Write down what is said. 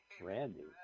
Randy